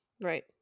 Right